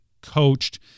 coached